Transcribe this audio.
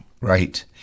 Right